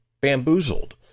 Bamboozled